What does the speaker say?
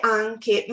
anche